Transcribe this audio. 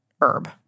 herb